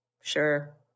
Sure